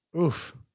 Oof